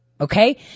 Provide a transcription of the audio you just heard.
Okay